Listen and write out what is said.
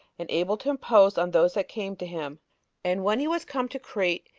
and able to impose on those that came to him and when he was come to crete,